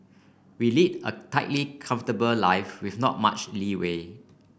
we lead a tightly comfortable life with not much leeway